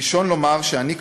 ראשון לומר שאני,